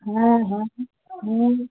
হ্যাঁ হ্যাঁ হুম